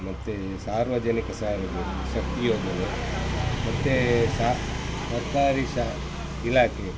ಮತ್ತು ಸಾರ್ವಜನಿಕ ಸಾರಿಗೆ ಶಕ್ತಿಯೋಜನೆ ಮತ್ತು ಸಾ ಸರ್ಕಾರಿ ಶ ಇಲಾಖೆ